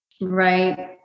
Right